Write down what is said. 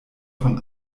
von